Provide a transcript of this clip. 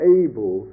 able